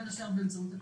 בין השאר באמצעות הקלפי.